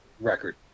record